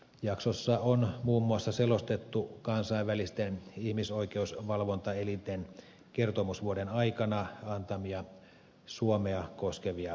jaksossa on muun muassa selostettu kansainvälisten ihmisoikeusvalvontaelinten kertomusvuoden aikana antamia suomea koskevia ratkaisuja